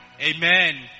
amen